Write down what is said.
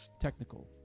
technical